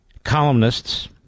columnists